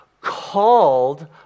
called